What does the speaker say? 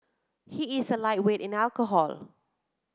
he is a lightweight in alcohol